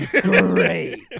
Great